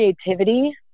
creativity